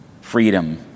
freedom